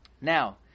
Now